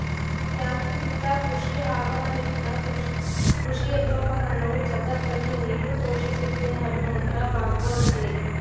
ಯಾಂತ್ರೀಕೃತ ಕೃಷಿ ಆಗಮನ್ದಿಂದ ಕೃಷಿಯಂತ್ರೋಪಕರಣವು ಜಗತ್ತನ್ನು ಹೇಗೆ ಪೋಷಿಸುತ್ತೆ ಅನ್ನೋದ್ರ ಭಾಗ್ವಾಗಿದೆ